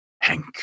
Hank